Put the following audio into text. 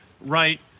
right